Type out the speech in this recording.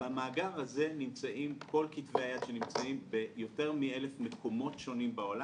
במאגר הזה נמצאים כל כתבי היד שנמצאים ביותר מאלף מקומות שונים בעולם,